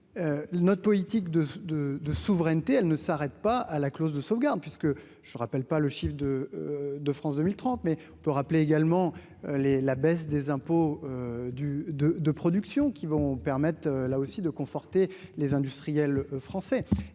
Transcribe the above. notre politique de de de souveraineté, elle ne s'arrête pas à la clause de sauvegarde, puisque je rappelle pas le chiffre de de France 2000 30 mai on peut rappeler également les la baisse des impôts du de de production qui vont permettre là aussi de conforter les industriels français